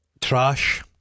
trash